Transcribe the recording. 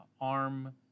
arm